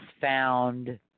found